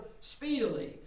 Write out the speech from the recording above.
speedily